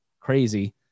crazy